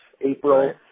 April